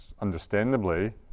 understandably